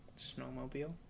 Snowmobile